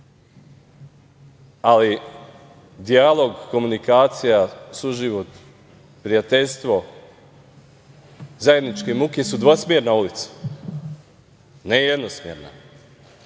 ali dijalog, komunikacija, suživot, prijateljstvo, zajedničke muke su dvosmerna ulica, ne jednosmerna.